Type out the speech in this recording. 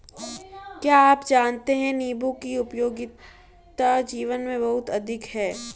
क्या आप जानते है नीबू की उपयोगिता जीवन में बहुत अधिक है